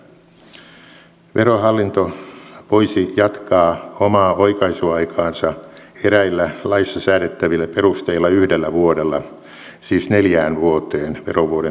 verohallinto voisi jatkaa omaa oikaisuaikaansa eräillä laissa säädettävillä perusteilla yhdellä vuodella siis neljään vuoteen verovuoden päättymisestä